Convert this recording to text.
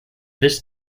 this